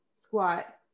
squat